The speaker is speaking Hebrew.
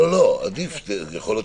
נכון, מיכל?